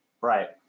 Right